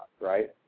right